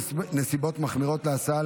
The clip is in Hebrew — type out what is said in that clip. נסיבות מחמירות להסעה,